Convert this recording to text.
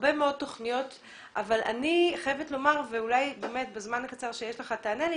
הרבה מאוד תוכניות אבל אני חייבת לומר ואולי בזמן הקצר שיש לך תענה לי